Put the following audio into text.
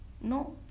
no